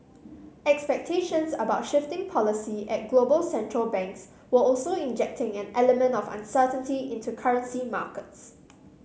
expectations about shifting policy at global central banks were also injecting an element of uncertainty into currency markets